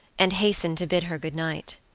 and hastened to bid her good night.